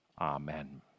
Amen